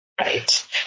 Right